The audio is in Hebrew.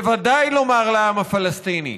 ובוודאי לומר לעם הפלסטיני: